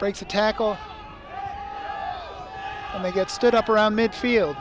breaks a tackle and they get stood up around midfield